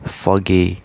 foggy